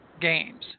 games